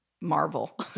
Marvel